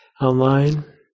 online